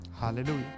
Hallelujah